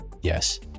Yes